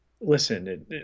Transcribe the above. listen